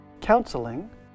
counseling